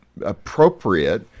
appropriate